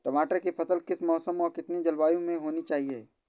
टमाटर की फसल किस मौसम व कितनी जलवायु में होनी चाहिए?